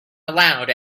allowed